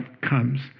comes